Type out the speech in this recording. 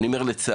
אני אומר לצערי,